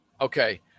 Okay